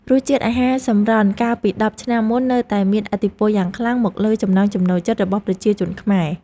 រសជាតិអាហារសម្រន់កាលពីដប់ឆ្នាំមុននៅតែមានឥទ្ធិពលយ៉ាងខ្លាំងមកលើចំណង់ចំណូលចិត្តរបស់ប្រជាជនខ្មែរ។